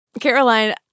Caroline